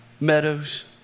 meadows